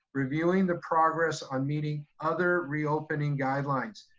reviewing the progress on meeting other reopening guidelines.